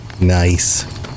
Nice